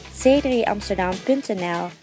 c3amsterdam.nl